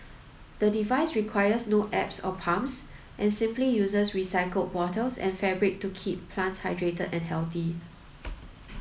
the device requires no apps or pumps and simply uses recycled bottles and fabric to keep plants hydrated and healthy